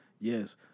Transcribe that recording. Yes